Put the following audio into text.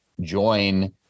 join